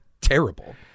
terrible